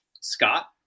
Scott